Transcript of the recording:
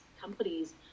companies